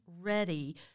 ready